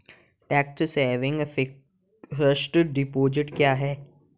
Tax saving fixed deposit क्या है?